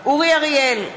אורי אריאל,